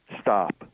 stop